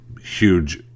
huge